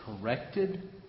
corrected